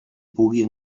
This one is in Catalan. puguin